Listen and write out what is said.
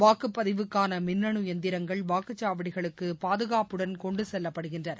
வாக்குப்பதிவுக்கானமின்னனுஎந்திரங்கள் வாக்குச்சாவடிகளுக்குபாதுகாப்புடன் கொண்டுசெல்லப்படுகின்றன